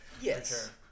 yes